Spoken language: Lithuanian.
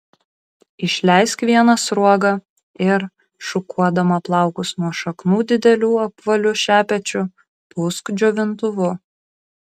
išleisk vieną sruogą ir šukuodama plaukus nuo šaknų dideliu apvaliu šepečiu pūsk džiovintuvu